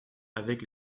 avec